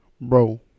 Bro